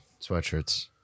sweatshirts